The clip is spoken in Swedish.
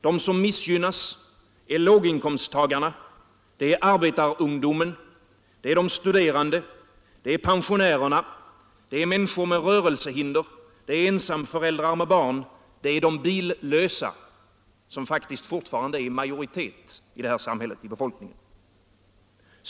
De som missgynnas är låginkomsttagarna, det är arbetarungdomen, de studerande, pensionärerna, människor med rörelsehinder, ensamföräldrar med barn, de billösa — som faktiskt fortfarande är i majoritet inom befolkningen i det här samhället.